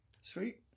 sweet